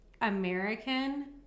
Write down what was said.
American